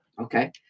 Okay